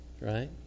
Right